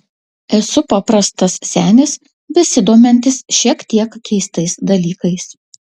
esu paprastas senis besidomintis šiek tiek keistais dalykais